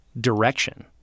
direction